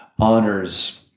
honors